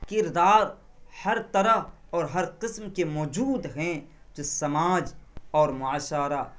کردار ہر طرح اور ہر قسم کے موجود ہیں جس سماج اور معاشرہ